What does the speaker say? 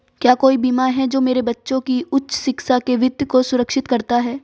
क्या कोई बीमा है जो मेरे बच्चों की उच्च शिक्षा के वित्त को सुरक्षित करता है?